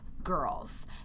girls